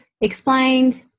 explained